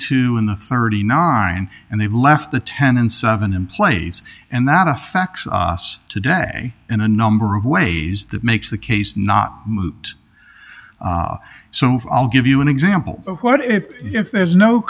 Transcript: the thirty nine and they've left the ten and seven in place and that affects us today in a number of ways that makes the case not moot so i'll give you an example what if if there's no